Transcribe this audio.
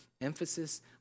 emphasis